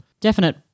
Definite